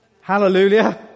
Hallelujah